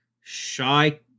shy